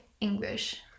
English